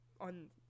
on